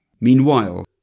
Meanwhile